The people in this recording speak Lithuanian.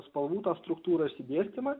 spalvų tą struktūrą išsidėstymą